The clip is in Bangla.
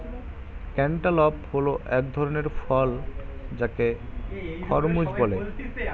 ক্যান্টালপ হল এক ধরণের ফল যাকে খরমুজ বলে